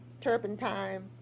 turpentine